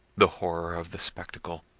the horror of the spectacle,